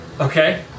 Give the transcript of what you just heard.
Okay